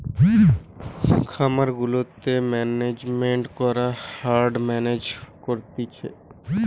খামার গুলাতে ম্যানেজমেন্ট করে হার্ড মেনেজ করতিছে